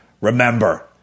remember